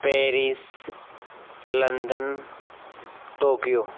Paris London Tokyo